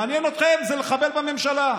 מעניין אתכם לחבל בממשלה.